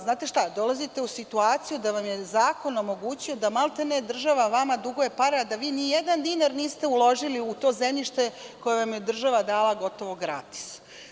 Znate šta, dolazite u situaciju da vam je zakon omogućio da vam maltene država duguje pare a da vi nijedan dinar niste uložili u to zemljište koje vam je država dala gotovo gratis.